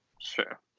sure